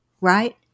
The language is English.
right